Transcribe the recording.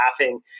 laughing